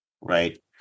right